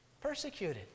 persecuted